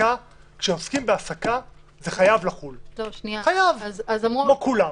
--- כשעוסקים בהעסקה זה חייב לחול כמו כולם.